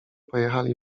pojechali